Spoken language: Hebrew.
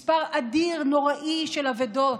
מספר אדיר, נוראי, של אבדות.